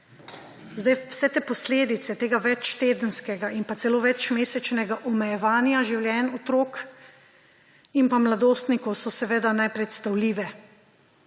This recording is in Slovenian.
Zdaj vse te posledice tega večtedenskega in celo večmesečnega omejevanja življenj otrok in mladostnikov so seveda nepredstavljive.